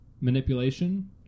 manipulation